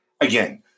again